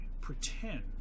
pretend